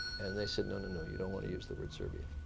and they said, no, no, no, you don't want to use the word serbia.